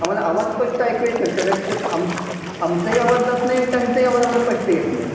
आम्हाला आवाज स्पष्ट ऐकू येत आम आमचाही आवाज जात नाही आणि त्यांचाही आवाज आम्हाला पष्ट येत नाही